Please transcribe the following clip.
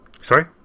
Sorry